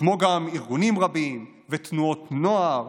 כמו גם ארגונים רבים ותנועות נוער.